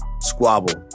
Squabble